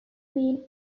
being